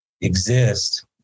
exist